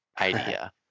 idea